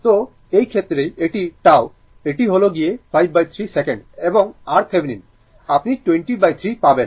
তো এই ক্ষেত্রে এটি τ এটি হল গিয়ে 53 সেকেন্ড এবং RThevenin আপনি 203 পাবেন